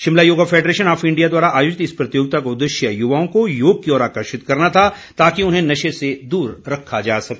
Shimla yoga federation of India द्वारा आयोजित इस प्रतियोगिता का उद्देश्य युवाओं को योग की ओर आकर्षित करना था ताकि उन्हें नशे से दूर रखा जा सके